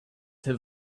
have